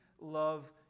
love